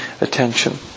attention